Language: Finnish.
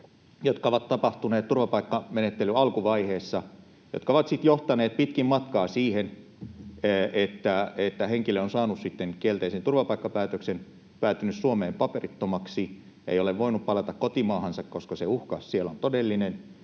jotka ovat tapahtuneet turvapaikkamenettelyn alkuvaiheessa, jotka ovat sitten johtaneet pitkin matkaa siihen, että henkilö on saanut kielteisen turvapaikkapäätöksen, päätynyt Suomeen paperittomaksi, ei ole voinut palata kotimaahansa, koska se uhka siellä on todellinen,